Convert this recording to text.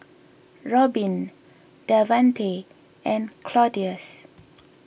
Robyn Davanty and Claudius